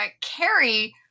Carrie